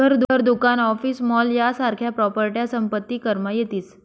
घर, दुकान, office, mall यासारख्या प्रॉपर्ट्या संपत्ती करमा येतीस